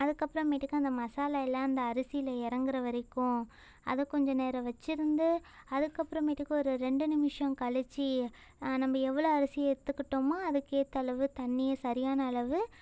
அதுக்கப்புறமேட்டுக்கு அந்த மசாலா எல்லாம் அந்த அரிசியில இறங்குற வரைக்கும் அதை கொஞ்ச நேரம் வச்சிருந்து அதுக்கப்புறமேட்டுக்கு ஒரு ரெண்டு நிமிஷம் கழிச்சு நம்ம எவ்வளோ அரிசி எடுத்துக்கிட்டோமோ அதுக்கு ஏற்ற அளவு தண்ணியை சரியான அளவு